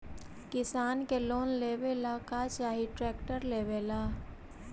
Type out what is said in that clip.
किसान के लोन लेबे ला का चाही ट्रैक्टर लेबे ला?